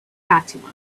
fatima